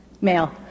Male